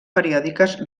periòdiques